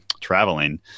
traveling